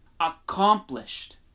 Accomplished